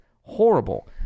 Horrible